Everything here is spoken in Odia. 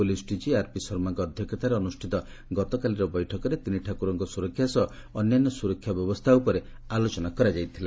ପୁଲିସ ଡିଜି ଆରପି ଶର୍ମାଙ୍କ ଅଧ୍ୟକ୍ଷତାରେ ଅନୁଷ୍ଠିତ ଗତକାଲିର ବୈଠକରେ ତିନିଠାକୁରଙ୍କ ସୁରକ୍ଷା ଅନ୍ୟାନ୍ୟ ସୁରକ୍ଷା ବ୍ୟବସ୍ଥା ଉପରେ ଆଲୋଚନା କରାଯାଇଥିଲା